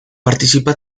participa